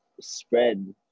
spread